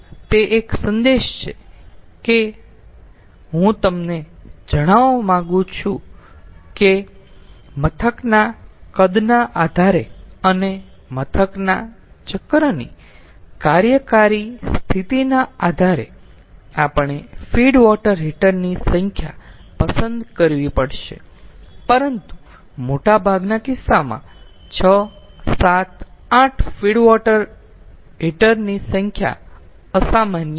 તેથી તે એક સંદેશ છે કે હું તમને જણાવવા માંગું છું કે મથકના કદના આધારે અને મથકના ચક્રની કાર્યકારી સ્થિતિના આધારે આપણે ફીડ વોટર હીટર ની સંખ્યા પસંદ કરવી પડશે પરંતુ મોટા અગત્યના કિસ્સામાં 6 7 8 ફીડ વોટર હીટર ની સંખ્યા અસામાન્ય નથી